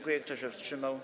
Kto się wstrzymał?